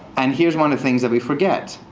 and here's one of the things that we forget.